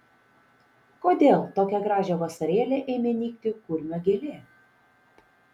kodėl tokią gražią vasarėlę ėmė nykti kurmio gėlė